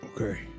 Okay